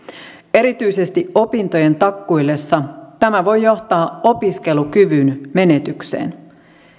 erityisesti opintojen takkuillessa tämä voi johtaa opiskelukyvyn menetykseen